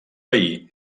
veí